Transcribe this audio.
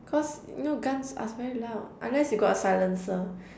cos you know guns are very loud unless you got silencer